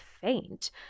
faint